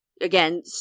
again